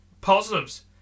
Positives